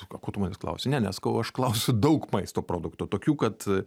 ko tu manęs klausi ne ne sakau aš klausiu daug maisto produktų tokių kad